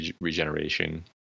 regeneration